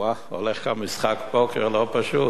או-ווה, הולך כאן משחק פוקר לא פשוט.